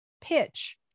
pitch